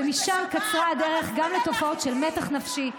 ומשם קצרה הדרך גם לתופעות של מתח נפשי,